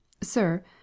SIR